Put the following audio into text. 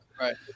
Right